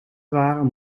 waren